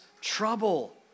trouble